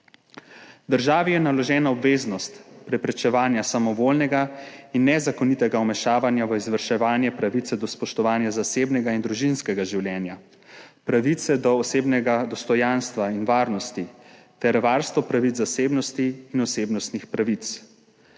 Državi je naložena obveznost preprečevanja samovoljnega in nezakonitega vmešavanja v izvrševanje pravice do spoštovanja zasebnega in družinskega življenja, pravice do osebnega dostojanstva in varnosti ter varstva pravic zasebnosti in osebnostnih pravic.